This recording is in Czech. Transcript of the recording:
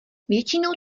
většinou